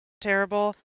terrible